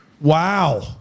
Wow